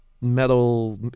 Metal